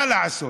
מה לעשות?